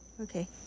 Okay